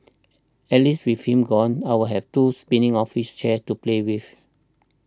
at least with him gone I'll have two spinning office chairs to play with